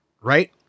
right